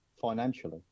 financially